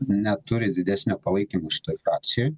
neturi didesnio palaikymo šitoj frakcijoj